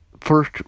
first